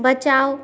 बचाओ